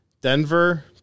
Denver